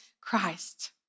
Christ